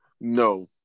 No